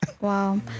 Wow